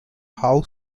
how